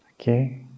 Okay